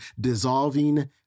Dissolving